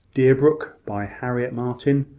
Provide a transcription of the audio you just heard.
deerbrook, by harriet martineau.